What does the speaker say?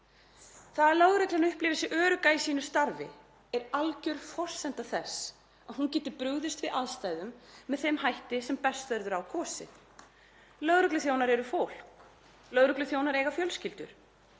Það að lögreglan upplifi sig örugga í sínu starfi er alger forsenda þess að hún geti brugðist við aðstæðum með þeim hætti sem best verður á kosið. Lögregluþjónar eru fólk. Lögregluþjónar eiga fjölskyldur.